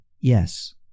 yes